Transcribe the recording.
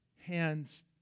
hands